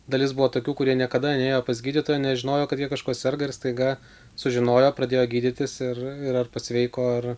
dalis buvo tokių kurie niekada nėjo pas gydytoją nežinojo kad jie kažkuo serga ir staiga sužinojo pradėjo gydytis ir ir ar pasveiko ar